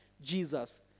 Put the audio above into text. Jesus